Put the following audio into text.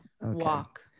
Walk